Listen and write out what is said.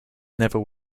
never